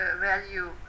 value